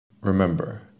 Remember